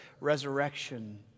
resurrection